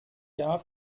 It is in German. jahr